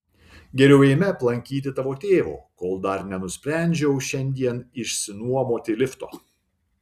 geriau eime aplankyti tavo tėvo kol dar nenusprendžiau šiandien išsinuomoti lifto